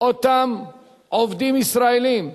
אותם עובדים ישראלים,